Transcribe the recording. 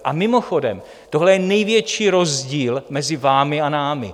A mimochodem tohle je největší rozdíl mezi vámi a námi.